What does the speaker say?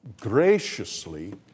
graciously